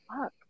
fuck